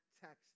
text